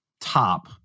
top